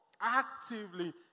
actively